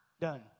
done